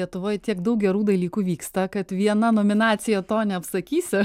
lietuvoj tiek daug gerų dalykų vyksta kad viena nominacija to neapsakysi